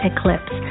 Eclipse